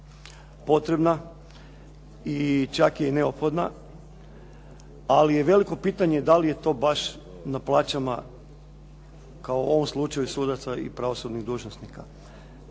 potrebna i čak je i neophodna. Ali je veliko pitanje da li je to baš na plaćama kao u ovom slučaju sudaca i pravosudnih dužnosnika.